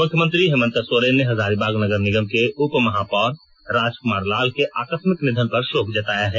मुख्यमंत्री हेमंत सोरेन ने हजारीबाग नगर निगम के उप महापौर राजकुमार लाल के आकस्मिक निधन पर शोक जताया है